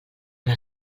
una